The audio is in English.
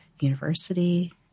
university